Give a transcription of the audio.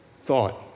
thought